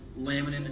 laminin